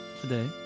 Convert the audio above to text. today